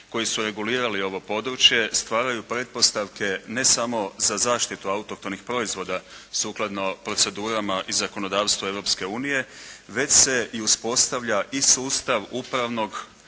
koji su regulirali ovo područje stvaraju pretpostavke ne samo za zaštitu autohtonih proizvoda sukladno procedurama i zakonodavstvu Europske unije, već se i uspostavlja i sustav upravnog